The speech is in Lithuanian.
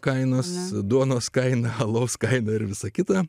kainos duonos kaina alaus kaina ir visa kita